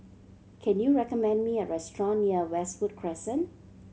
can you recommend me a restaurant near Westwood Crescent